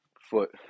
foot